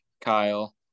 Kyle